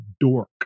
dork